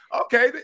Okay